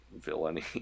villainy